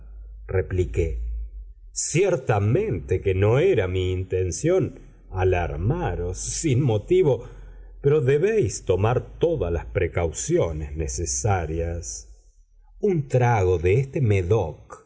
repliqué ciertamente que no era mi intención alarmaros sin motivo pero debéis tomar todas las precauciones necesarias un trago de este médoc